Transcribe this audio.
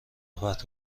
صحبت